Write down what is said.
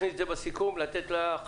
אתה יודע "סלקום אין קליטה"